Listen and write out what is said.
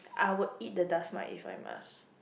I would eat the dust mite if I must